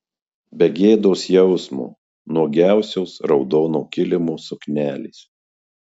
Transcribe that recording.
be gėdos jausmo nuogiausios raudono kilimo suknelės